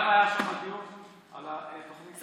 גם היה שם דיון על התוכנית, למה להתווכח?